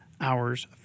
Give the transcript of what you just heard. hours